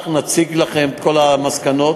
אנחנו נציג לכם את כל המסקנות,